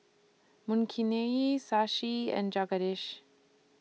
Makineni Shashi and Jagadish